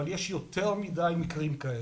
אבל יש יותר מדי מקרים כאלה.